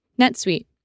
NetSuite